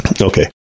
Okay